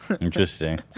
Interesting